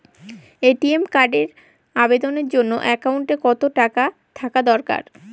ATM কার্ডের আবেদনের জন্য অ্যাকাউন্টে কতো টাকা থাকা দরকার?